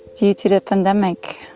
due to the pandemic,